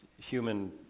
human